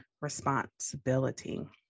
responsibility